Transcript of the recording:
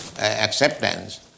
acceptance